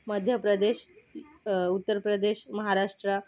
Madhya Pradesh Uttar Pradesh Maharashtra